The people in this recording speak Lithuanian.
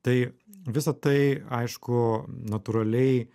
tai visa tai aišku natūraliai